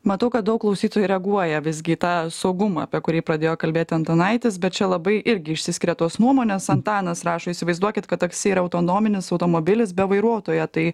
matau kad daug klausytojų reaguoja visgi į tą saugumą apie kurį pradėjo kalbėti antanaitis bet čia labai irgi išsiskiria tos nuomonės antanas rašo įsivaizduokit kad taksi yra autonominis automobilis be vairuotojo tai